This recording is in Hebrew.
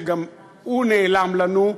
שגם הוא נעלם לנו.